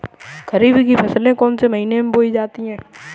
खरीफ की फसल कौन से महीने में बोई जाती है?